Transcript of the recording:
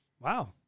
Wow